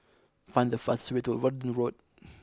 find the fastest way to Verdun Road